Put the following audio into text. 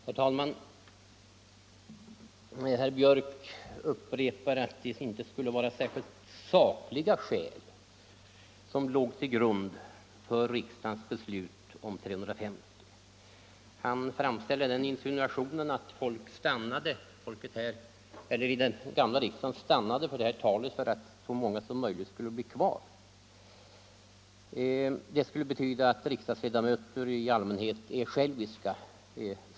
Herr talman! Herr Björck i Nässjö sade att det inte skulle vara särskilt sakliga skäl som låg till grund för riksdagens beslut om 350 ledamöter. Han insinuerade att den gamla riksdagen stannade vid det talet för att så många som möjligt skulle få bli kvar. Det skulle betyda att riksdagsledamöter i allmänhet är själviska.